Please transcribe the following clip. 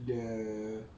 the